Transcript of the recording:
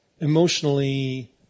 emotionally